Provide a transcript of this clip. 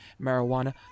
marijuana